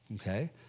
okay